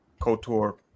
Kotor